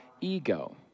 ego